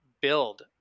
build